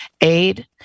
aid